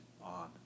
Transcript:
on